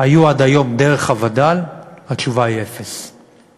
היו עד היום דרך הווד"ל, התשובה היא: אפס.